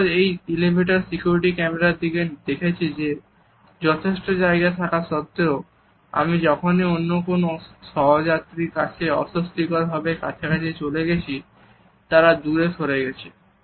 আমরা এই elevator security camera নিয়ে দেখেছি যে যথেষ্ট জায়গা থাকা সত্বেও আমি যখনই অন্য কোন সহযাত্রীর কাছে অস্বস্তিকরভাবে কাছাকাছি চলে গেছি তারা দূরে সরে গেছে